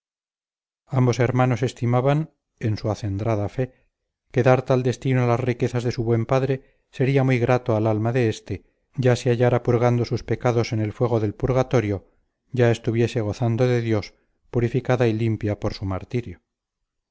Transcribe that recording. ambos hermanos estimaban en su acendrada fe que dar tal destino a las riquezas de su buen padre sería muy grato al alma de este ya se hallara purgando sus pecados en el fuego del purgatorio ya estuviese gozando de dios purificada y limpia por su martirio